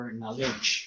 knowledge